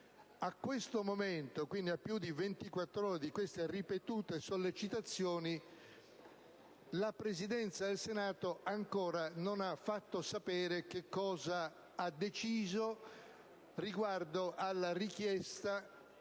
A questo momento, quindi a più di 24 ore dall'inizio di queste ripetute sollecitazioni, la Presidenza del Senato non ha ancora fatto sapere cosa ha deciso riguardo alla richiesta